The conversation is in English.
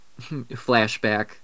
flashback